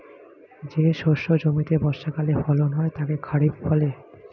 যে শস্য জমিতে বর্ষাকালে ফলন হয় তাকে খরিফ বলে